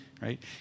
right